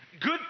good